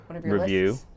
review